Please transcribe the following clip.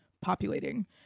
populating